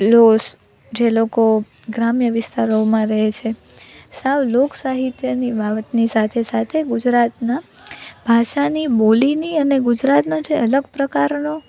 જે લોકો ગ્રામ્ય વિસ્તારોમાં રહે છે સાવ લોકસાહિત્યની બાબતની સાથે સાથે ગુજરાતના ભાષાની બોલીની અને ગુજરાતનો જે અલગ પ્રકારનો એક